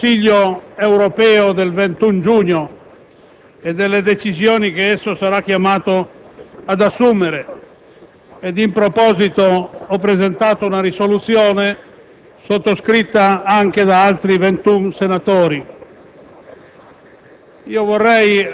alla vigilia del Consiglio europeo del 21 giugno e delle decisioni che esso sarà chiamato ad assumere. In proposito, ho presentato una proposta di risoluzione, sottoscritta da altri 21 senatori.